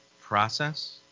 process